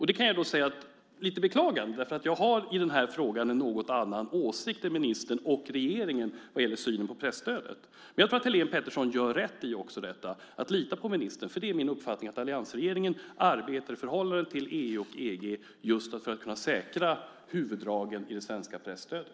Det kan jag säga med lite beklagande därför att jag har en något annan åsikt än ministern och regeringen vad gäller synen på presstödet. Men jag tror att Helene Petersson gör rätt i att lita på ministern, för det är min uppfattning att alliansregeringens arbete i förhållande till EU och EG är just för att kunna säkra huvuddragen i det svenska presstödet.